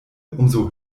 umso